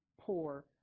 poor